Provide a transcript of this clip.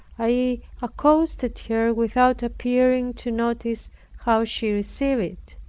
i accosted her without appearing to notice how she received it.